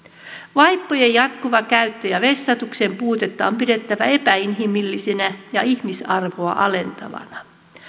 vaippojen jatkuvaa käyttöä ja vessatuksen puutetta on pidettävä epäinhimillisenä ja ihmisarvoa alentavana